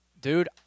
dude